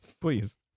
Please